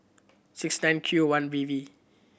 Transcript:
six nine Q one B V